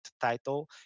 title